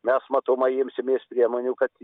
mes matomai imsimės priemonių kad